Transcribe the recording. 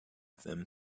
them